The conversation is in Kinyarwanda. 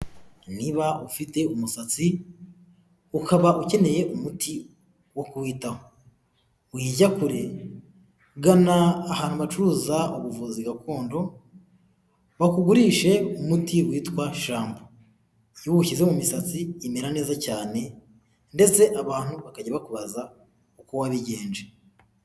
Niba ufite umusatsi ukaba ukeneye umuti wo kuwitaho uyijya kure gana ahantu hacuruza ubuvuzi gakondo bakugurishe umuti witwa shapo iwushyize mu misatsi imera neza cyane ndetse abantu bakajya bakubaza uko wabigenje.